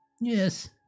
Yes